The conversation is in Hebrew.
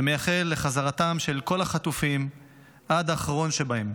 ומייחלים לחזרתם של כל החטופים עד האחרון שבהם.